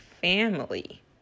family